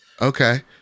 Okay